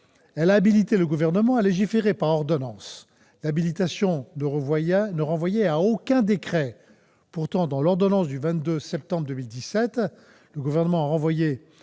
à habiliter le Gouvernement à légiférer par ordonnances. L'habilitation ne renvoyait à aucun décret. Pourtant, dans l'ordonnance du 22 septembre 2017, le Gouvernement a renvoyé